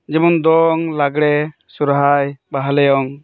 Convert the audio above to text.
ᱡᱮᱢᱚᱱ ᱫᱚᱝ ᱞᱟᱜᱽᱲᱮ ᱥᱚᱦᱨᱟᱭ ᱵᱟᱦᱟ ᱞᱚᱭᱚᱝ